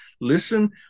Listen